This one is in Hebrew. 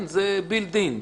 זה בילד-אין.